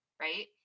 right